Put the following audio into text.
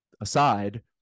aside